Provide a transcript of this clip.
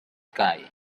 sky